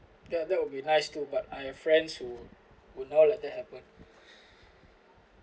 ya that would be nice to but I have friends who would not let that happen